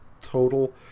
total